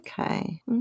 Okay